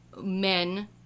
men